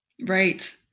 right